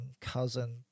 cousin